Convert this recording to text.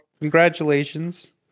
congratulations